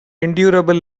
endurable